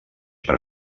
per